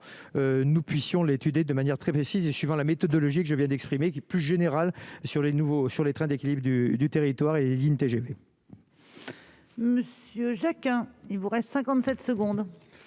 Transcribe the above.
nous puissions l'étude et de manière très précise et suivant la méthodologie que je viens d'exprimer qui plus générale sur les nouveaux sur les trains d'équilibre du territoire et lignes TGV.